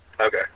Okay